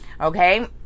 okay